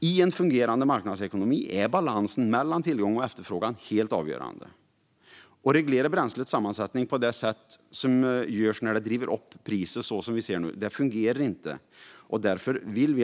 I en fungerande marknadsekonomi är balansen mellan tillgång och efterfrågan helt avgörande. Att reglera bränslets sammansättning på ett sätt som driver upp priset som vi ser nu fungerar inte.